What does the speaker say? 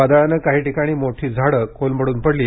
वादळानं काही ठिकाणी मोठी झाडं कोलमडून पडली